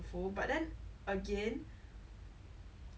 so I I bought a book recently too